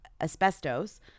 asbestos